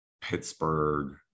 pittsburgh